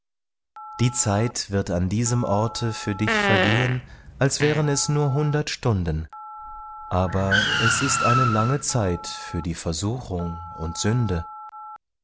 die zeit wird an diesem orte für dich vergehen als wären es nur hundert stunden aber es ist eine lange zeit für die versuchung und sünde